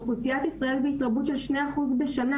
אוכלוסיית ישראל בהתרבות של שני אחוז בשנה.